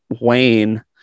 wayne